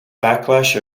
backlash